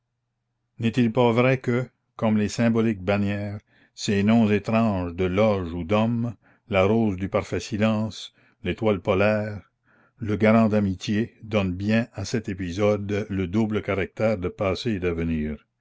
n'est-il pas vrai que comme les symboliques bannières ces noms étranges de loges ou d'hommes la rose du parfait silence l'etoile polaire le garant d'amitié donnent bien à cet épisode le double caractère de passé et d'avenir